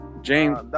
James